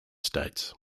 states